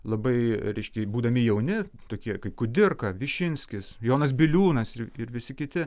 labai reiškia būdami jauni tokie kaip kudirka višinskis jonas biliūnas ir visi kiti